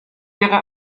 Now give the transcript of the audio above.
ihre